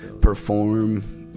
perform